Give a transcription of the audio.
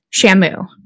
Shamu